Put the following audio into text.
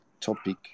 topic